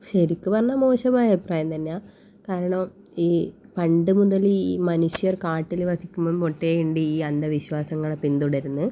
ശരിക്കും പറഞ്ഞാൽ മോശമായ അഭിപ്രായം തന്നെയാണ് കാരണം ഈ പണ്ട് മുതൽ ഈ മനുഷ്യർ കാട്ടിൽ വസിക്കുമ്പം തൊട്ടേ ഉണ്ട് ഈ അന്ധവിശ്വാസങ്ങളെ പിന്തുടരുന്ന്